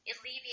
alleviate